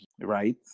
right